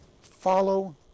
follow